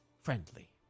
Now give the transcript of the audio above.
Friendly